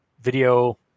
video